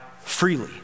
freely